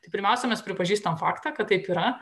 tai pirmiausia mes pripažįstam faktą kad taip yra